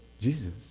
Jesus